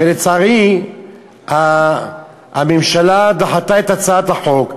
ולצערי הממשלה דחתה את הצעת החוק.